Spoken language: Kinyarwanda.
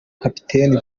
kapiteni